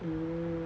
mm